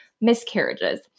miscarriages